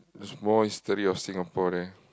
there's more history on Singapore there